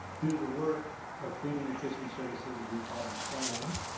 due to the work of food and nutrition services, as we call them fans,